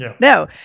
No